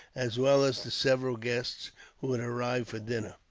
as well as to several guests who had arrived for dinner.